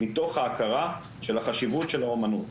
מתוך ההכרה של החשיבות של האמנות,